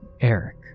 Eric